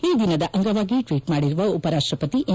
ಈ ದಿನದ ಅಂಗವಾಗಿ ಟ್ವೀಟ್ ಮಾಡಿರುವ ಉಪರಾಷ್ಟಪತಿ ಎಂ